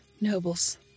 nobles